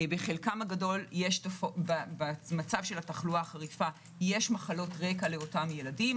בחלקם הגדול במצב של התחלואה החריפה יש מחלות רקע לאותם ילדים,